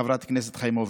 חברת הכנסת חיימוביץ',